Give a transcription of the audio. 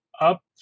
up